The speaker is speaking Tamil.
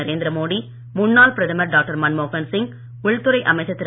நரேந்திர மோடி முன்னாள் பிரதமர் டாக்டர் மன்மோகன் உள்துறை அமைச்சர் திரு